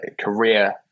career